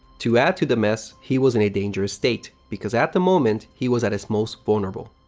to add to the mess, he was in a dangerous state, because at the moment, he was at his most vulnerable.